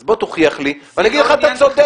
אז בוא תוכיח לי, ואני אגיד לך שאתה צודק.